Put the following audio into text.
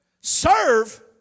Serve